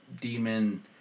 demon